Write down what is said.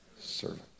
servant